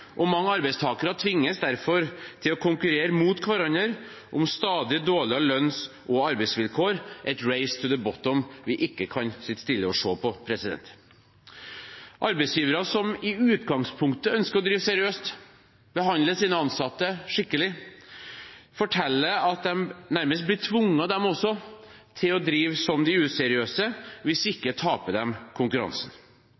og mange arbeidstakere tvinges derfor til å konkurrere mot hverandre om stadig dårligere lønns- og arbeidsvilkår – et «race to the bottom» vi ikke kan sitte stille og se på. Arbeidsgivere som i utgangspunktet ønsker å drive seriøst og behandler sine ansatte skikkelig, forteller at de også nærmest blir tvunget til å drive som de useriøse – hvis